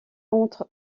entre